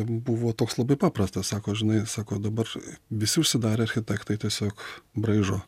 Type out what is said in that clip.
buvo toks labai paprastas sako žinai sako dabar visi užsidarę architektai tiesiog braižo